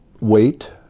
wait